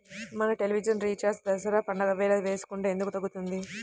మన television recharge Dasara పండగ వేళ వేసుకుంటే ఎందుకు తగ్గుతుంది?